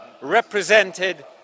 represented